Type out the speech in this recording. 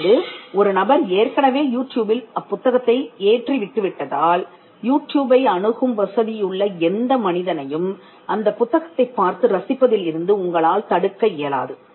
தற்போது ஒரு நபர் ஏற்கனவே யூடியூபில் அப்புத்தகத்தை ஏற்றி விட்டு விட்டதால் யூடியூப் ஐ அணுகும் வசதியுள்ள எந்த மனிதனையும் அந்தப் புத்தகத்தைப் பார்த்து ரசிப்பதில் இருந்து உங்களால் தடுக்க இயலாது